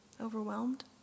Overwhelmed